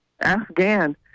Afghan